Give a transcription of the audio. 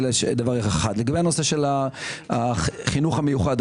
לגבי הנושא של החינוך המיוחד,